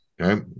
okay